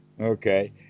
Okay